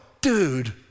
dude